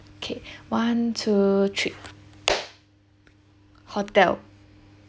okay one two three hotel